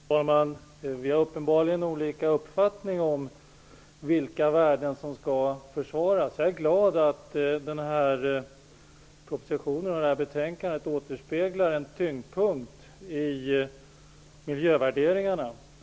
Fru talman! Ny demokrati och regeringen har uppenbarligen olika uppfattningar om vilka värden som skall försvaras. Jag är glad över att propositionen och betänkandet speglar var vi lägger tyngdpunkten i miljövärderingarna.